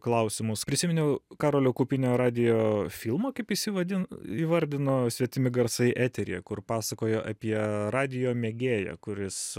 klausimus prisiminiau karolio kaupinio radijo filmą kaip jisai vadina įvardino svetimi garsai eteryje kur pasakojo apie radijo mėgėją kuris